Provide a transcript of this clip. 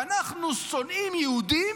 שאנחנו שונאים יהודים,